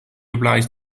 applies